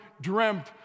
dreamt